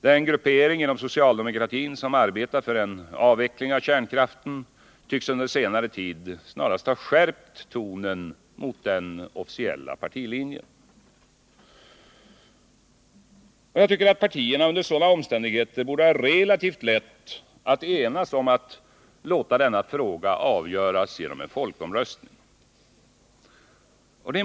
Den gruppering inom socialdemokratin som arbetar för en avveckling av kärnkraften tycks under senare tid snarast ha skärpt tonen mot den officiella partilinjen. Man tycker att partierna under sådana omständigheter borde ha relativt lätt att enas om att låta frågan avgöras genom folkomröstning.